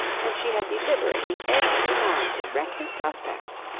and she had deliberately egged him on to wreck his prospects.